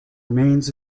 remains